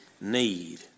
need